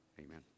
Amen